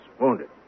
wounded